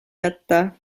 jätta